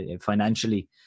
financially